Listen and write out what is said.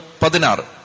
Padinar